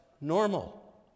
normal